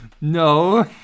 No